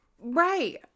right